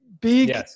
big